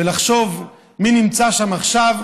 ולחשוב מי נמצא שם עכשיו,